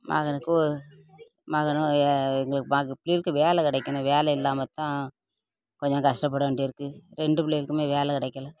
மகனுக்கு ஒரு மகனும் எங்கே பிள்ளைகளுக்கு வேலை கிடைக்கணும் வேலை இல்லாமத்தான் கொஞ்சம் கஷ்டப்படவேண்டி இருக்குது ரெண்டு பிள்ளைகளுக்குமே வேலை கிடைக்கல